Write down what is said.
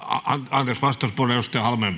puhemies